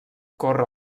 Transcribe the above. corre